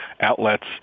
outlets